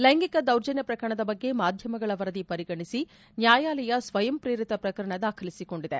ಲೈಂಗಿಕ ದೌರ್ಜನ್ನ ಪ್ರಕರಣದ ಬಗ್ಗೆ ಮಾಧ್ಯಮಗಳ ವರದಿ ಪರಿಗಣಿಸಿ ನ್ಯಾಯಾಲಯ ಸ್ವಯಂಪ್ರೇರಿತ ಪ್ರಕರಣ ದಾಖಲಿಸಿಕೊಂಡಿದೆ